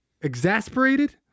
Exasperated